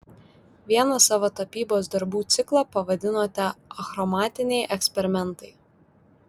vieną savo tapybos darbų ciklą pavadinote achromatiniai eksperimentai